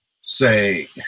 say